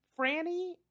Franny